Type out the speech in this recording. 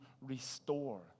restore